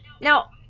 now